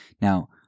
Now